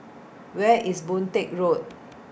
Where IS Boon Teck Road